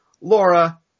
Laura